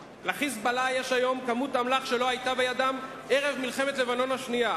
ל"חיזבאללה" יש היום כמות אמל"ח שלא היתה בידם ערב מלחמת לבנון השנייה,